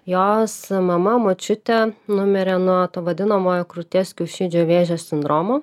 jos mama močiutė numirė nuo to vadinamojo krūties kiaušidžių vėžio sindromo